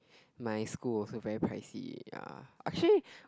my school also very pricy ya actually